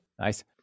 Nice